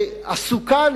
הסוכה,